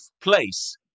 place